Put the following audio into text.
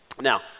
Now